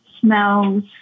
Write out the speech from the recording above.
smells